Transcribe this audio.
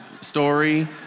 story